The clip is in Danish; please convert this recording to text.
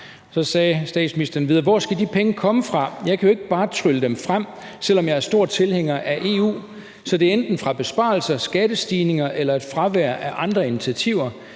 Så sagde statsministeren videre: »Hvor skal de penge komme fra? Jeg kan jo ikke bare trylle dem frem, selv om jeg er stor tilhænger af EU. Så det er enten fra besparelser, skattestigninger eller et fravær af andre initiativer.